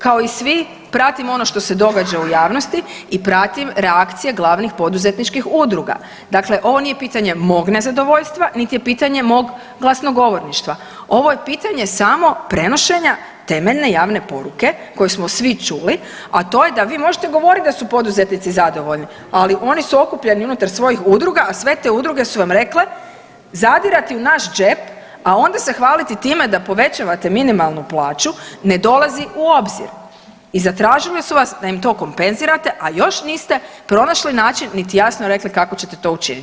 Kao i svi pratim ono što se događa u javnosti i pratim reakcije glavnih poduzetničkih udruga, dakle ovo nije pitanje mog nezadovoljstva, niti je pitanje mog glasnogovorništva, ovo je pitanje samo prenošenja temeljne javne poruke koju smo svi čuli, a to je da vi možete govorit da su poduzetnici zadovoljni, ali oni su okupljeni unutar svojih udruga, a sve te udruge su vam rekle zadirati u naš džep, a onda se hvaliti time da povećavate minimalnu plaću ne dolazi u obzir i zatražili su vas da im to kompenzirate, a još niste pronašli način niti jasno rekli kako ćete to učinit.